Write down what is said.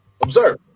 Observe